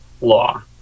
law